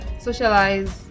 socialize